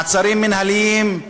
מעצרים מינהליים?